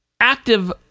active